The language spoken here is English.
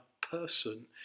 person